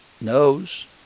knows